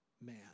man